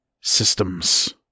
Systems